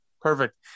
perfect